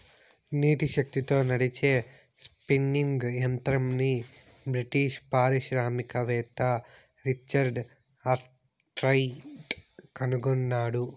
నీటి శక్తితో నడిచే స్పిన్నింగ్ యంత్రంని బ్రిటిష్ పారిశ్రామికవేత్త రిచర్డ్ ఆర్క్రైట్ కనుగొన్నాడు